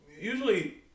Usually